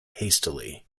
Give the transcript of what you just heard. hastily